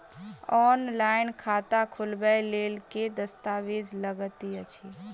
Online खाता खोलबय लेल केँ दस्तावेज लागति अछि?